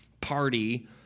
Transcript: party